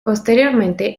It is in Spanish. posteriormente